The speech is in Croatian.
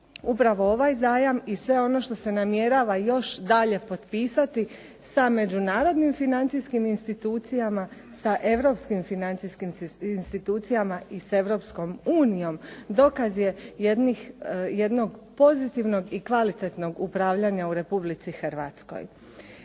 upravo ovaj zajam i sve ono što se namjerava još dalje potpisati sa međunarodnim financijskim institucijama i europskim financijskim institucijama i sa Europskom unijom, dokaz je jednog pozitivnog i kvalitetnog upravljanja u Republici Hrvatskoj.